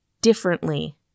differently